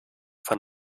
von